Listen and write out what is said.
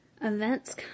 Events